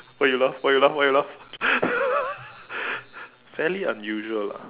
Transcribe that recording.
why you laugh why you laugh why you laugh fairly unusual ah